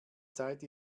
zeit